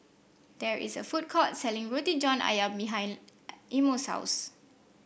there is a food court selling Roti John ayam behind Imo's house